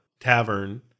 tavern